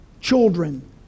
children